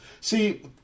see